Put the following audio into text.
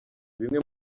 bimwe